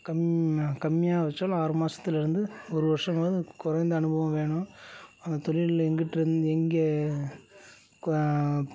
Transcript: கம்மியா கம்மியாக வைச்சாலும் ஆறு மாசத்தில் இருந்து ஒரு வருஷமாவது குறைந்த அனுபவம் வேணும் அந்தத் தொழிலில் எங்கிட்டிருந்து எங்கே